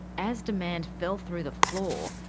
as demand fell through the floor,